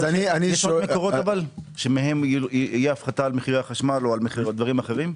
יש עוד מקורות שמהם תהיה הפחתה על מחירי החשמל או על דברים אחרים?